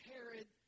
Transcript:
Herod